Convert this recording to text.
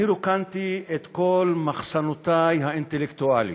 אני רוקנתי את כל מחסניותי האינטלקטואליות,